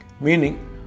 meaning